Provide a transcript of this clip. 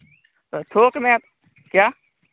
थोक मे क्या